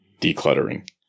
decluttering